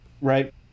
right